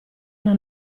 una